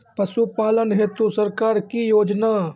पशुपालन हेतु सरकार की योजना?